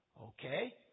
Okay